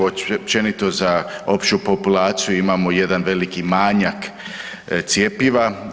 Općenito za opću populaciju imamo jedan veliki manjak cjepiva.